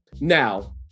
Now